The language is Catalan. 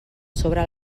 sobre